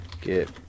get